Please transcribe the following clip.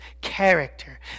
Character